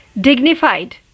dignified